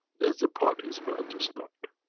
as the party is about to start.